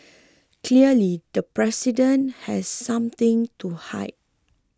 clearly the president has something to hide